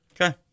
Okay